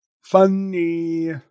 Funny